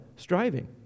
Striving